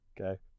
okay